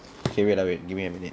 K wait ah wait give me a minute